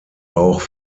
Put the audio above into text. auch